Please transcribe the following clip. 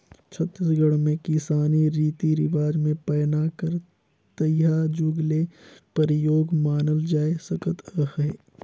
छत्तीसगढ़ मे किसानी रीति रिवाज मे पैना कर तइहा जुग ले परियोग मानल जाए सकत अहे